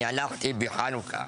אני הלכתי בחנוכה